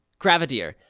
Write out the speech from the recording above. Gravadier